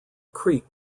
creek